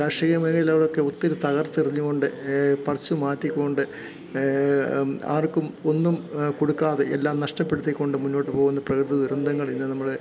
കാർഷിക മേഖലകളൊക്കെ ഒത്തിരി തകർത്തെറിഞ്ഞു കൊണ്ട് പറിച്ചു മാറ്റിക്കൊണ്ട് ആർക്കും ഒന്നും കൊടുക്കാതെ എല്ലാം നഷ്ടപ്പെടുത്തിക്കൊണ്ട് മുന്നോട്ട് പോവുന്ന പ്രകൃതി ദുരന്തങ്ങൾ ഇന്ന് നമ്മൾ